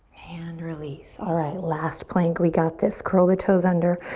and release. alright, last plank. we got this. curl the toes under.